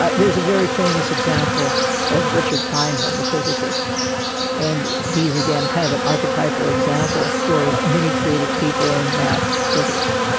ah there's a very famous example of richard fineman the physicist and he's again kind of a archetypal example for many creative people in maths, physics.